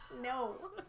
no